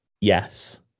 yes